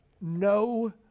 No